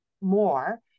more